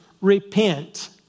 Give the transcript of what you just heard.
repent